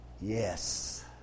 Yes